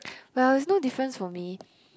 well it's no difference for me